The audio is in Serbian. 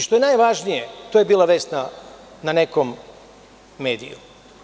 Što je najvažnije, to je bila vest dana na nekom mediju.